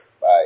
Bye